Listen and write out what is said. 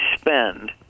spend